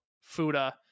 Fuda